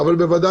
אם ככה,